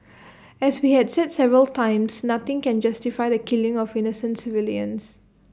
as we have said several times nothing can justify the killing of innocent civilians